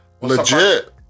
Legit